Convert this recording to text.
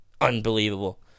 unbelievable